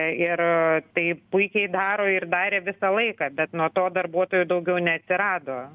ir tai puikiai daro ir darė visą laiką bet nuo to darbuotojų daugiau neatsirado